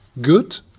Good